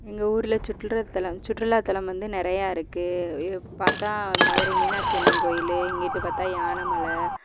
எங்கள் ஊர்ல சுற்றுலா தலம் சுற்றுலா தலம் வந்து நிறையா இருக்குது பார்த்தா மதுரை மீனாட்சி அம்மன் கோயில் இங்கிட்டு பார்த்தா யானை மலை